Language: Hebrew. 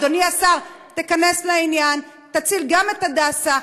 אדוני השר, תיכנס לעניין, תציל גם את הדסה,